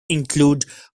include